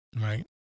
right